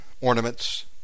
ornaments